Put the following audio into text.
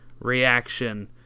reaction